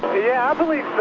yeah i believe